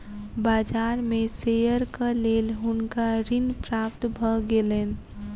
बाजार में शेयरक लेल हुनका ऋण प्राप्त भ गेलैन